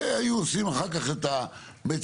והיו עושים אחר כך את המצ'ינגים